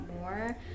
more